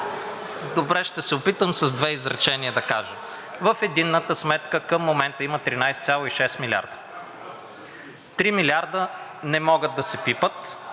Добре, ще се опитам с две изречения да кажа. В единната сметка към момента има 13,6 милиарда. Три милиарда не могат да се пипат,